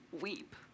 weep